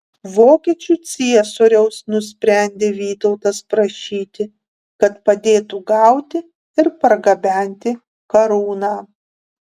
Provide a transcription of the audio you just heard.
vokiečių ciesoriaus nusprendė vytautas prašyti kad padėtų gauti ir pergabenti karūną